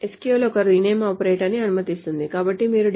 SQL ఒక rename ఆపరేటర్ని అనుమతిస్తుంది కాబట్టి మీరు depositor